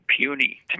puny